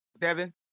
Devin